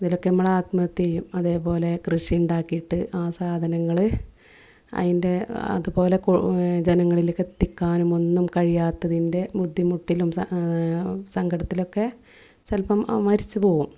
ഇതിലൊക്കെ ആകുമ്പോൾ ആത്മഹത്യ ചെയ്യും അതുപോലെ കൃഷി ഉണ്ടാക്കിയിട്ട് ആ സാധനങ്ങൾ അതിന്റെ അതുപോലെ കൊ ജനങ്ങളിലേക്ക് എത്തിക്കാനുമൊന്നും കഴിയാത്തതിന്റെ ബുദ്ധിമുട്ടിലും സ സങ്കടത്തിലൊക്കെ ചിലപ്പോൾ മരിച്ചു പോവും